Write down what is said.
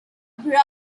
broad